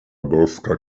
boska